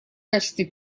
качестве